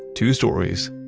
two stories.